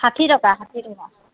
ষাঠি টকা ষাঠি টকা